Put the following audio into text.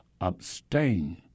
Abstain